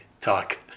talk